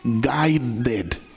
guided